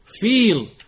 feel